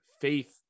faith